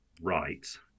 right